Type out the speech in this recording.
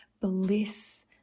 bliss